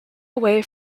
away